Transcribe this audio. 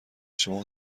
شما